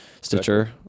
Stitcher